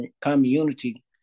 community